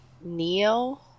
Neo